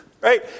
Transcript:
right